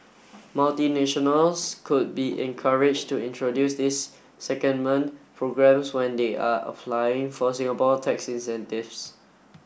multinationals could be encouraged to introduce these secondment programmes when they are applying for Singapore tax incentives